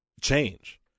change